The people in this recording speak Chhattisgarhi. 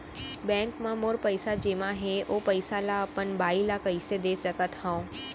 बैंक म मोर पइसा जेमा हे, ओ पइसा ला अपन बाई ला कइसे दे सकत हव?